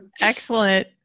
Excellent